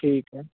ठीकु आहे